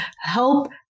Help